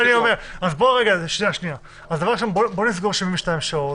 בוא נסגור 72 שעות.